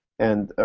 and, ah